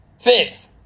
Fifth